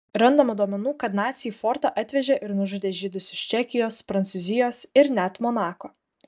randama duomenų kad naciai į fortą atvežė ir nužudė žydus iš čekijos prancūzijos ir net monako